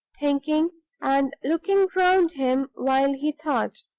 thinking and looking round him while he thought.